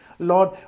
Lord